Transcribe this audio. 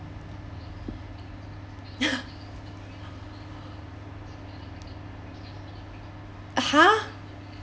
!huh!